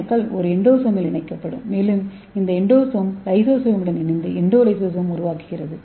டிக்கள் ஒரு எண்டோசோமில் இணைக்கப்படும் மேலும் இந்த எண்டோசோம் லைசோசோமுடன் இணைந்து எண்டோ லைசோசோமை உருவாக்குகிறது